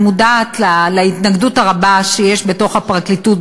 אני מודעת להתנגדות הרבה שיש בתוך הפרקליטות,